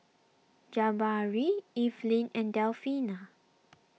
Jabari Evelyn and Delfina